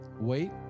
wait